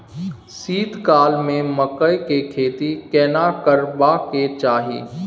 शीत काल में मकई के खेती केना करबा के चाही?